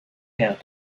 her